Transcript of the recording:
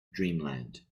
dreamland